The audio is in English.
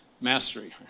mastery